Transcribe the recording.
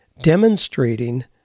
demonstrating